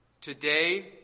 Today